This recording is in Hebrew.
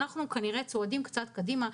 ואנחנו צועדים קצת קדימה,